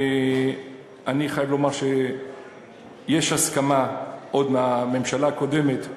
אני חייב לומר שיש הסכמה עוד מהממשלה הקודמת,